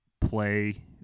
play